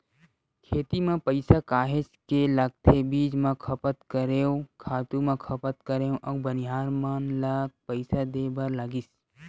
खेती म पइसा काहेच के लगथे बीज म खपत करेंव, खातू म खपत करेंव अउ बनिहार मन ल पइसा देय बर लगिस